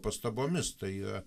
pastabomis tai yra